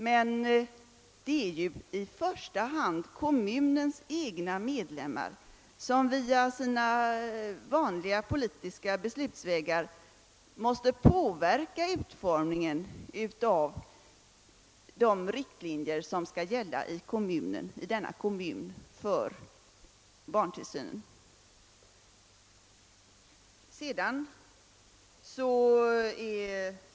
Men det är ju i första hand kommunens egna medlemmar som via sina vanliga politiska beslutsvägar måste påverka utformningen av de riktlinjer som skall gälla för barntillsynen i denna kommun.